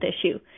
issue